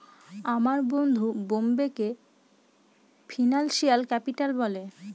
আমার বন্ধু বোম্বেকে ফিনান্সিয়াল ক্যাপিটাল বলে